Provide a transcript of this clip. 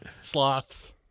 Sloths